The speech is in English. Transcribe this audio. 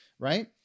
Right